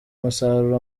umusaruro